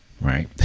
right